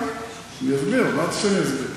אמרתי שאני אסביר.